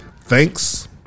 Thanks